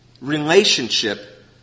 relationship